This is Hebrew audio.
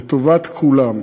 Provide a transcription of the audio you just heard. לטובת כולם.